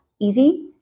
easy